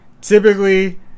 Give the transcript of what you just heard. Typically